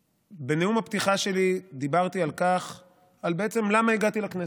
ובנאום הפתיחה שלי דיברתי בעצם על למה הגעתי לכנסת.